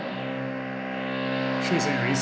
she is in